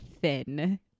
thin